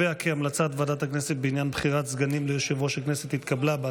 משה סולומון ויבגני סובה לסגנים ליושב-ראש הכנסת נתקבלה.